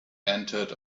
entered